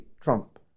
Trump